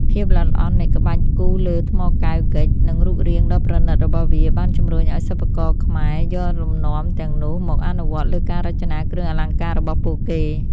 ភាពល្អិតល្អន់នៃក្បាច់គូរលើថ្មកែវ (ហ្គិច) និងរូបរាងដ៏ប្រណិតរបស់វា បានជម្រុញឱ្យសិប្បករខ្មែរយកលំនាំទាំងនោះមកអនុវត្តលើការរចនាគ្រឿងអលង្ការរបស់ពួកគេ។